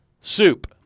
soup